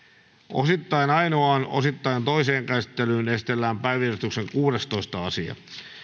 osittain ainoaan osittain toiseen käsittelyyn esitellään päiväjärjestyksen kuudestoista asia